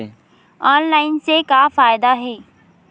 Online से का फ़ायदा हे?